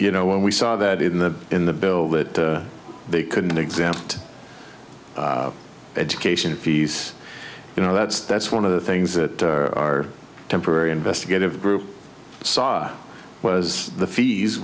you know when we saw that in the in the bill that they couldn't exam education fees you know that's that's one of the things that are temporary investigative group saw was the fees